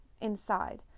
inside